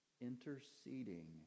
interceding